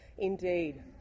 Indeed